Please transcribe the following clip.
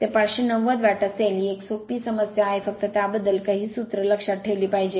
ते 590 वॅट असेल ही एक सोपी समस्या आहे फक्त त्याबद्दल काही सूत्र लक्षात ठेवले पाहिजे